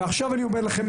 ועכשיו אני אומר לכם,